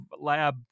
lab